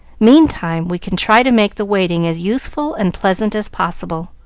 meantime, we can try to make the waiting as useful and pleasant as possible.